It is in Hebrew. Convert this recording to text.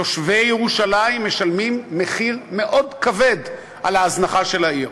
תושבי ירושלים משלמים מחיר מאוד כבד על ההזנחה של העיר,